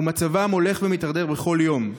ומצבם הולך ומידרדר בכל יום.